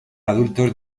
adultos